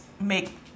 make